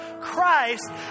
Christ